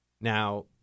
Now